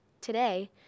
Today